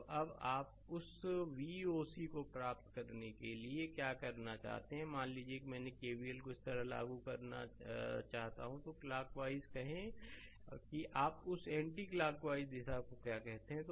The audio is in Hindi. तो अब आप उस Voc को प्राप्त करने के लिए क्या करना चाहते हैं मान लीजिए कि मैं केवीएल को इस तरह लागू करना चाहता हूं तो क्लॉकवाइज कहें कि आप उस एंटी क्लॉकवाइज दिशा को क्या कहते हैं